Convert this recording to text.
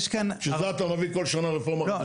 בשביל זה אתה מביא כל שנה רפורמה חדשה.